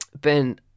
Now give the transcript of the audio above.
Ben